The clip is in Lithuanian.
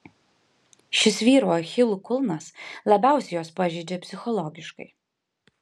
šis vyrų achilo kulnas labiausiai juos pažeidžia psichologiškai